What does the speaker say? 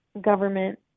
government